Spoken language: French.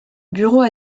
bureau